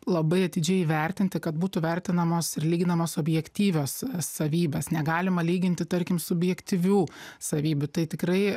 labai atidžiai įvertinti kad būtų vertinamos ir lyginamos objektyvios savybės negalima lyginti tarkim subjektyvių savybių tai tikrai